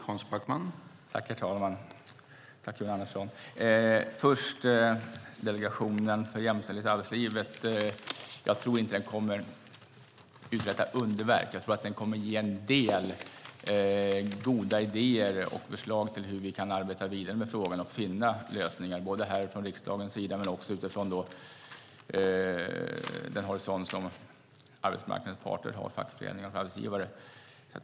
Herr talman! När det först gäller Delegationen för jämställdhet i arbetslivet tror jag inte att den kommer att uträtta underverk. Jag tror att den kommer att ge en del goda idéer och förslag till hur vi kan arbeta vidare med frågan och finna lösningar, både härifrån riksdagens sida och från arbetsmarknadens parters horisont, från fackföreningar och arbetsgivare.